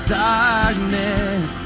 darkness